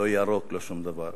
לא ירוק, לא שום דבר.